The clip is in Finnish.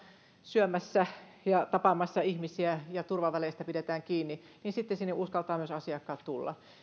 syömässä ja tapaamassa ihmisiä ja turvaväleistä pidetään kiinni sitten sinne uskaltavat myös asiakkaat tulla